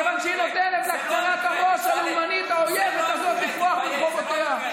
מכיוון שהיא נותנת להרמת הראש הלאומנית האויבת הזאת לפרוח ברחובותיה.